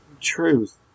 truth